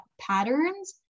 patterns